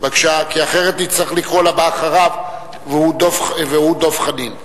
אחרת נצטרך לקרוא לבא אחריה, והוא דב חנין.